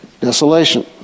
desolation